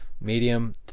medium